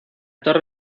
torre